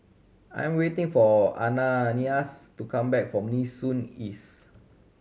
I'm waiting for Ananias to come back from Nee Soon East